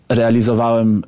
realizowałem